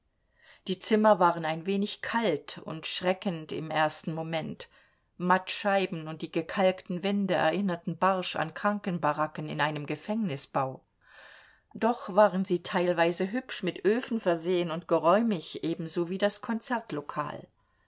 die zimmer waren ein wenig kalt und schreckend im ersten moment mattscheiben und die gekalkten wände erinnerten barsch an krankenbaracken in einem gefängnisbau doch waren sie teilweise hübsch mit öfen versehen und geräumig ebenso wie das